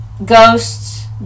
ghosts